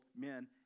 men